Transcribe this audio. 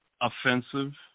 offensive